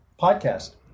podcast